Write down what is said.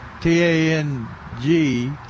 T-A-N-G